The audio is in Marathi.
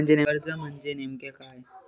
कर्ज म्हणजे नेमक्या काय?